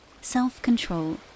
self-control